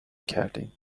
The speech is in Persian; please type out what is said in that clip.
کردیم